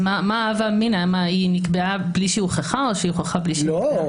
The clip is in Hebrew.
היא קבעה בלי שהוא הוכחה או שהיא הוכחה בלי שנקבעה?